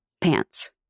pants